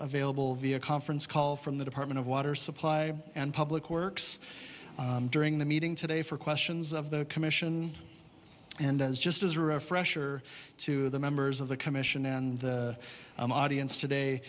available via conference call from the department of water supply and public works during the meeting today for questions of the commission and as just as a refresher to the members of the commission and audience today